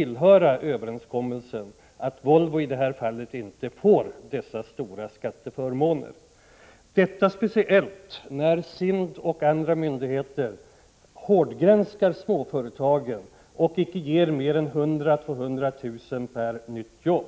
ingå i överenskommelsen att Volvo inte skall få tillgodogöra sig dessa stora skatteförmåner, detta speciellt med tanke på att SIND och andra myndigheter hårdgranskar småföretagen och icke beviljar mer än 100 000 200 000 kr. per nytt jobb.